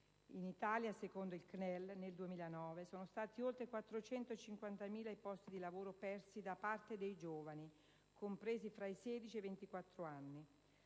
In Italia, secondo il CNEL, nel 2009 sono stati oltre 450.000 i posti di lavoro persi da parte dei giovani compresi tra i 16 e i 24 anni.